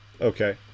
Okay